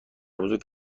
بزرگ